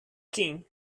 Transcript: king